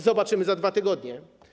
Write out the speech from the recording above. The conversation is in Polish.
Zobaczymy za 2 tygodnie.